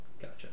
Gotcha